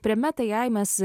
prie meta ai mes